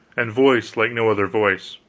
and voice like no other voice,